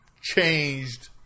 changed